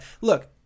Look